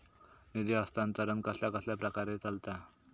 निधी हस्तांतरण कसल्या कसल्या प्रकारे चलता?